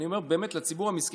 ואני אומר: באמת לציבור המסכן,